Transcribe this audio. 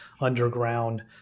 underground